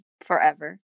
forever